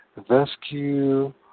Vescu